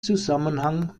zusammenhang